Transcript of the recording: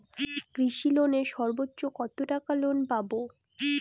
কৃষি লোনে সর্বোচ্চ কত টাকা লোন পাবো?